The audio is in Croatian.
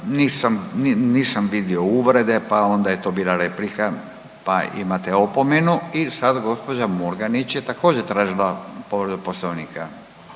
Nisam vidio uvrede, pa onda je to bila replika pa imate opomenu. I sad gospođa Murganić je također tražila povredu